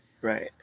Right